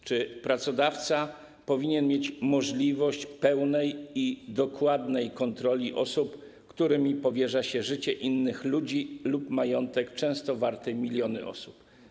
Czy pracodawca powinien mieć możliwość pełnej i dokładnej kontroli osób, którym powierza się życie innych ludzi lub majątek często wart miliony złotych?